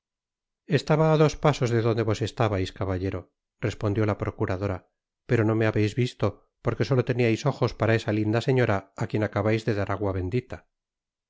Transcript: estaba á dos pasos de donde vos estabais caballero respondió la procuradora pero no me habeis visto porque solo teniais ojos para esa linda señora á quien acabais de dar agua bendita